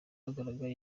bagaragaye